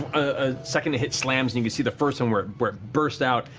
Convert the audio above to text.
a second hit slams, and you could see the first one where it where it burst out,